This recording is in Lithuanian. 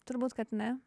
turbūt kad ne